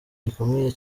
gikomeye